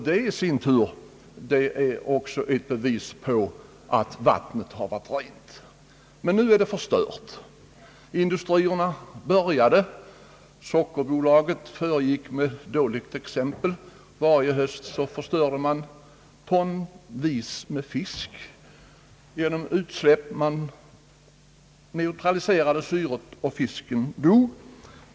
Detta i sin tur är ett bevis för att vattnet varit rent. Men nu är det förstört. Industrierna började — Sockerbolaget föregick med dåligt exempel. Varje höst förstörde man tonvis med fisk genom utsläpp. Man neutraliserade syret, och fisken dog.